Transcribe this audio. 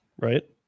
Right